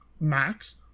max